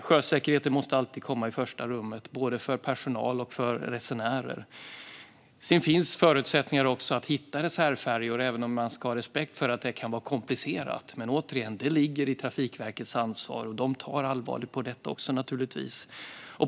Sjösäkerheten måste alltid komma i första rummet, både för personal och för resenärer. Sedan finns det förutsättningar att hitta reservfärjor, även om man ska ha respekt för att det kan vara komplicerat. Men återigen: Det ligger i Trafikverkets arbete, och de tar också allvarligt på detta, naturligtvis.